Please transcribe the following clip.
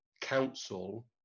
council